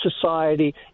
society